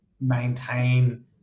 maintain